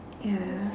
ya